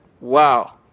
Wow